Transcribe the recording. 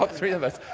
like three of us.